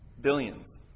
Billions